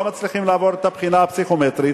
מצליחים לעבור את הבחינה הפסיכומטרית,